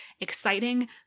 exciting